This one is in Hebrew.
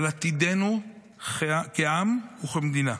על עתידנו כעם וכמדינה.